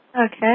Okay